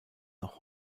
noch